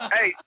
Hey